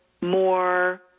more